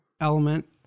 element